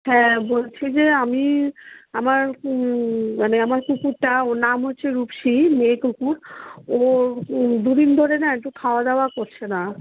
হ্যাঁ বলছি যে আমি আমার মানে আমার কুকুরটা ওর নাম হচ্ছে রুপসি মেয়ে কুকুর ও দুদিন ধরে না একটু খাওয়া দাওয়া করছে না